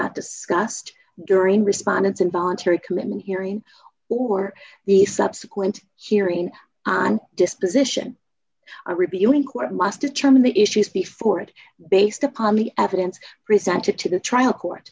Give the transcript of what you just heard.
not discussed during respondents involuntary commitment hearing or the subsequent hearing on disposition a review in court must determine the issues before it based upon the evidence presented to the trial court